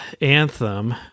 Anthem